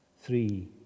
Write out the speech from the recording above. Three